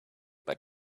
but